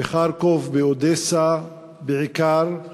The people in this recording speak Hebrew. בחרקוב, באודסה, בעיקר.